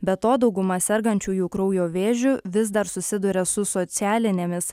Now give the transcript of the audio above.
be to dauguma sergančiųjų kraujo vėžiu vis dar susiduria su socialinėmis